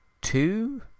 two